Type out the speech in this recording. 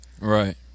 Right